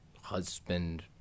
husband